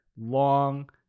long